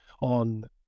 on